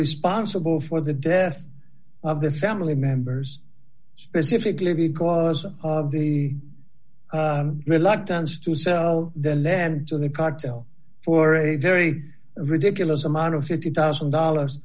responsible for the death of the family members specifically because of the reluctance to say then then to the cartel for a very ridiculous amount of fifty thousand dollars